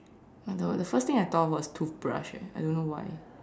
oh no the first thing I thought of was toothbrush eh I don't know why